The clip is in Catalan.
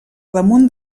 damunt